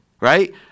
right